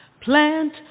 Plant